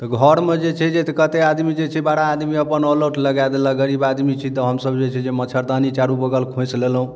तऽ घरमे जे छै जे कतेक आदमी जे छै बड़ा आदमी अपन ऑलआउट लगा देलक गरीब आदमी छी तऽ हमसब जे छै से मच्छरदानी चारू बगल खोसि लेलहुँ